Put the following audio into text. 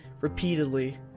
repeatedly